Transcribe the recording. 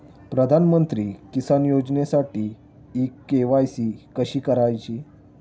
प्रधानमंत्री किसान योजनेसाठी इ के.वाय.सी कशी करायची?